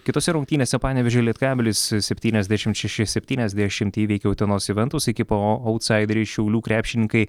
kitose rungtynėse panevėžio lietkabelis septyniasdešim šeši septyniasdešimt įveikė utenos juventus ekipą o autsaideriai šiaulių krepšininkai